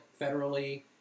federally